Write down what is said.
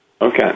Okay